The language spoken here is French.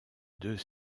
deux